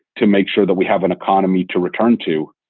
to make sure that we have an economy to return to.